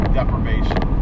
deprivation